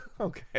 Okay